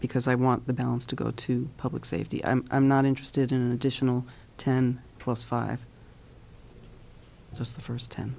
because i want the balance to go to public safety and i'm not interested in an additional ten plus five just the first t